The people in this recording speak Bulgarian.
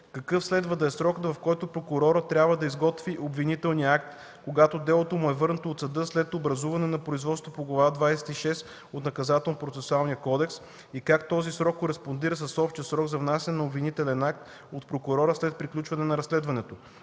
какъв следва да е срокът, в който прокурорът трябва да изготви обвинителния акт, когато делото му е върнато от съда след образуване на производството по Глава 26 от Наказателно-процесуалния кодекс и как този срок кореспондира с общия срок за внасяне на обвинителен акт от прокурора след приключване на разследването.